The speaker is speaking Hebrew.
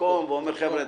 כמקום ואומר: "חבר'ה,